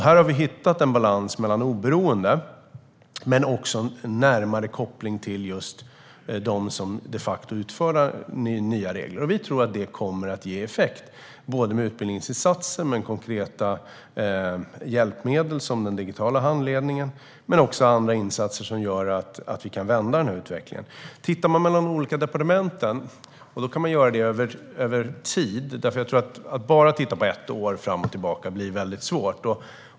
Här har vi hittat en balans mellan oberoende och en närmare koppling till dem som de facto utfärdar nya regler. Vi tror att det kommer att ge effekt med utbildningsinsatser, med konkreta hjälpmedel som den digitala handledningen och med andra insatser som gör att vi kan vända den här utvecklingen. Titta mellan de olika departementen kan man göra över tid; jag tror att det blir väldigt svårt att bara titta på ett år framåt eller bakåt.